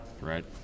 right